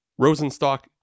rosenstock